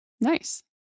Nice